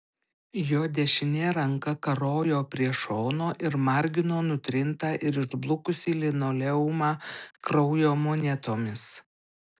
jo dešinė ranka karojo prie šono ir margino nutrintą ir išblukusį linoleumą kraujo monetomis